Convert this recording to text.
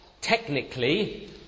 technically